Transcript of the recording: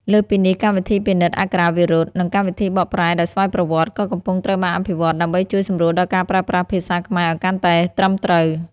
លើសពីនេះ កម្មវិធីពិនិត្យអក្ខរាវិរុទ្ធ និងកម្មវិធីបកប្រែដោយស្វ័យប្រវត្តិ ក៏កំពុងត្រូវបានអភិវឌ្ឍដើម្បីជួយសម្រួលដល់ការប្រើប្រាស់ ភាសាខ្មែរឱ្យកាន់តែត្រឹមត្រូវ។